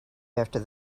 after